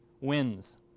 wins